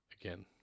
Again